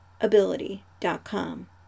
ability.com